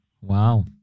wow